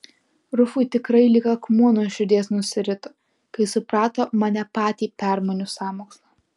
rufui tikrai lyg akmuo nuo širdies nusirito kai suprato mane patį permanius sąmokslą